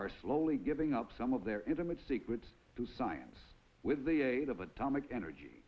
are slowly giving up some of their intimate secrets to science with the aid of atomic energy